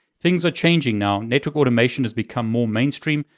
things are changing now, network automation has become more mainstream.